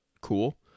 Cool